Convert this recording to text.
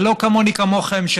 זה לא כמוני, כמוכם,